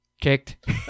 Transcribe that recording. Kicked